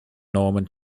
norman